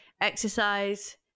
exercise